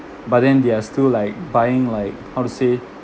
but then they are still like buying like how to say